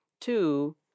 Two